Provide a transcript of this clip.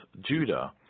Judah